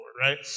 right